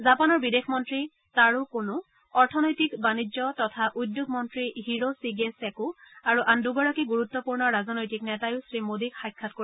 জাপানৰ বিদেশ মন্ত্ৰী তাৰো কোনো অৰ্থনৈতিক বাণিজ্য তথা উদ্যোগ মন্ত্ৰী হিৰ ছিগে ছেকো আৰু আন দুগৰাকী গুৰুত্বপূৰ্ণ ৰাজনৈতিক নেতায়ো শ্ৰীমোডীক সাক্ষাৎ কৰিব